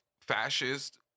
fascist